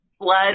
blood